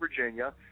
Virginia